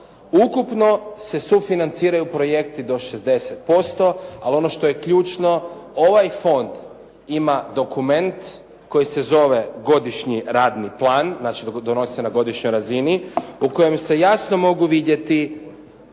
Ukupno se sufinanciraju projekti do 60%. Ali ono što je ključno ovaj fond ima dokument koji se zove godišnji radni plan, znači donosi se na godišnjoj razini u kojem se jasno mogu vidjeti